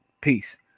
Peace